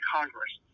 Congress